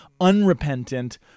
unrepentant